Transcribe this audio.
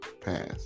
pass